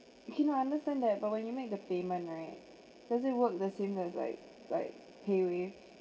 you cannot understand that but when you make the payment right does it work the same as like like paywave